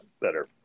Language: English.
better